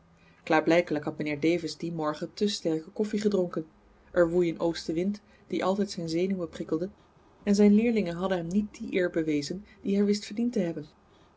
klaarblijkelijk had mijnheer davis dien morgen te sterke koffie gedronken er woei een oostenwind die altijd zijn zenuwen prikkelde en zijn leerlingen hadden hem niet die eer bewezen die hij wist verdiend te hebben